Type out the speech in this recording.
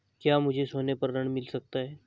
क्या मुझे सोने पर ऋण मिल सकता है?